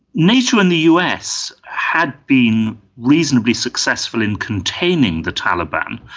nato and the us had been reasonably successful in containing the taliban.